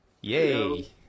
yay